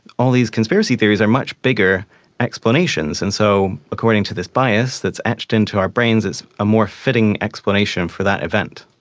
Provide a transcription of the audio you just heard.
all these conspiracy theories are much bigger explanations. and so according to this bias that is etched into our brains it's a more fitting explanation for that event.